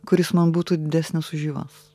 kuris man būtų didesnis už juos